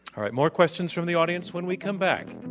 all right, more questions from the audience when we come back.